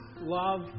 love